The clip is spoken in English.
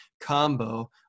combo